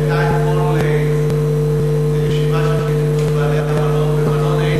הייתה אתמול ישיבת התאחדות בעלי המלון במלון,